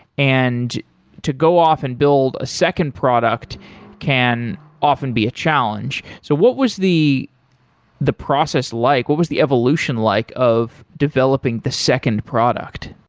and to go off and build a second product can often be a challenge. so what was the the process like? what was the evolution like of developing the second product?